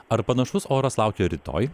ar panašus oras laukia rytoj